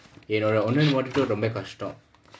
என்னோட இன்னொரு:ennoda innoru module ரொம்ப கஷ்டம்:romba kashtam